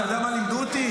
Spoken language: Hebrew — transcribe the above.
אתה יודע מה לימדו אותי,